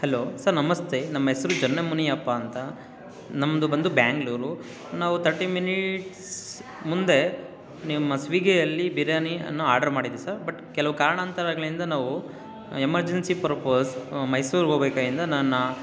hello sir ನಮಸ್ತೆ ನಮ್ಮ ಹೆಸ್ರು ಜನ್ನಮುನಿಯಪ್ಪ ಅಂತ ನಮ್ಮದು ಬಂದು ಬೆಂಗ್ಳೂರು ನಾವು ತರ್ಟಿ ಮಿನೀಟ್ಸ್ ಮುಂದೆ ನಿಮ್ಮ ಸ್ವೀಗಿಯಲ್ಲಿ ಬಿರಿಯಾನಿ ಅನ್ನು ಆರ್ಡ್ರ್ ಮಾಡಿದ್ವಿ ಸರ್ ಬಟ್ ಕೆಲವು ಕಾರಣಾಂತರಗಳಿಂದ ನಾವು ಎಮರ್ಜನ್ಸಿ ಪರ್ಪಸ್ ಮೈಸೂರಿಗೋಗ್ಬೇಕಾದ್ದರಿಂದ ನಾನು ಆ